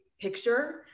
picture